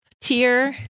tier